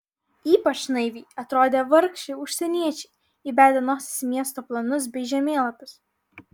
ypač naiviai atrodė vargšai užsieniečiai įbedę nosis į miesto planus bei žemėlapius